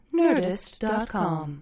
nerdist.com